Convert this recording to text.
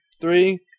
Three